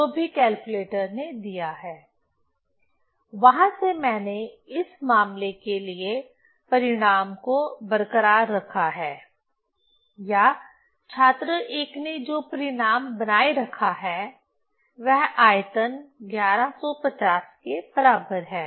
जो भी कैलकुलेटर ने दिया है वहाँ से मैंने इस मामले के लिए परिणाम को बरकरार रखा है या छात्र 1 ने जो परिणाम बनाए रखा है वह आयतन 1150 के बराबर है